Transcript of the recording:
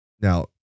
now